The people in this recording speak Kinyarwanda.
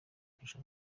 kurusha